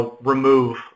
remove